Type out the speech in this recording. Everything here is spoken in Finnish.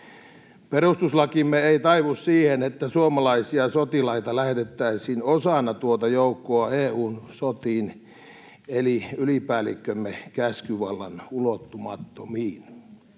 Perustuslakimme ei taivu siihen, että suomalaisia sotilaita lähetettäisiin osana tuota joukkoa EU:n sotiin eli ylipäällikkömme käskyvallan ulottumattomiin.